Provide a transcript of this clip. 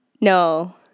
No